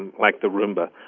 and like the roomba,